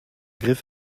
griff